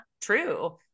true